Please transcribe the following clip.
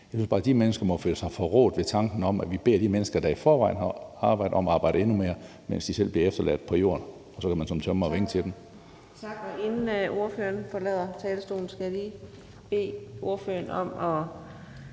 må føle sig forrådt ved tanken om, at vi beder de mennesker, der i forvejen arbejder, om at arbejde endnu mere, mens de selv bliver efterladt på jorden, og så kan man som tømrer vinke til dem. Kl. 18:20 Fjerde næstformand (Karina Adsbøl): Tak. Og inden ordføreren forlader